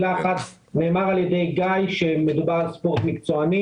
נאמר על-ידי גיא שמדובר על ספורט מקצועני